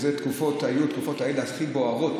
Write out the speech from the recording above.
אלו היו תקופות בוערות,